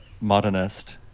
modernist